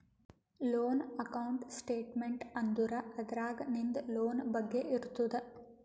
loan account statement ಅಂದುರ್ ಅದ್ರಾಗ್ ನಿಂದ್ ಲೋನ್ ಬಗ್ಗೆ ಇರ್ತುದ್